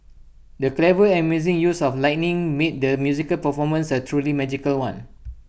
the clever and amazing use of lighting made the musical performance A truly magical one